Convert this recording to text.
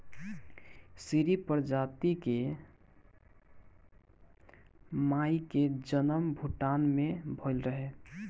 सीरी प्रजाति के गाई के जनम भूटान में भइल रहे